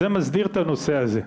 זה מסדיר את הנושא הזה,